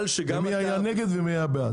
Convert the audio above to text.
ומי היה נגד ומי היה בעד,